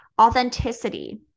authenticity